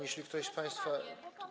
Jeśli ktoś z państwa.